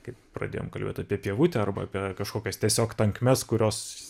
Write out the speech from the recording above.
kaip pradėjom kalbėt apie pievutę arba apie kažkokias tiesiog tankmes kurios